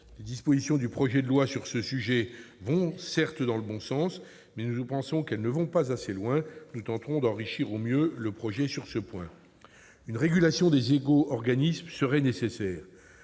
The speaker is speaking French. les dispositions du projet de loi sur ce sujet vont dans le bon sens, mais nous pensons qu'elles ne vont pas assez loin. Nous tenterons d'enrichir au mieux le texte sur ce point. Une régulation des éco-organismes serait nécessaire.